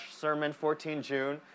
Sermon14June